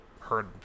heard